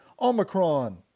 Omicron